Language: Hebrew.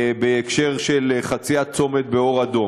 בהקשר של חציית צומת באור אדום.